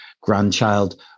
grandchild